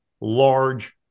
large